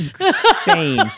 insane